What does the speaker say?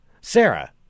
Sarah